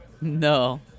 No